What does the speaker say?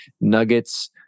Nuggets